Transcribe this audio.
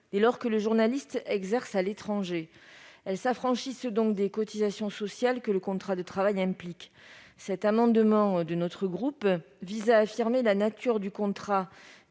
dès lors que le journaliste exerce à l'étranger. Elles s'affranchissent donc des cotisations sociales que le contrat de travail implique. Cet amendement, que je présente au nom de mon groupe, vise à affirmer la nature du contrat